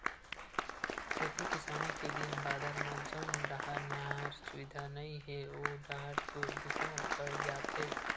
खेती किसानी के दिन बादर म जउन डाहर नहर सुबिधा नइ हे ओ डाहर तो दुकाल पड़ जाथे